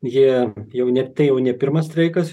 jie jau ne tai jau ne pirmas streikas